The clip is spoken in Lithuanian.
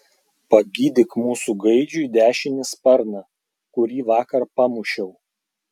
pagydyk mūsų gaidžiui dešinį sparną kurį vakar pamušiau